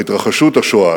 להתרחשות השואה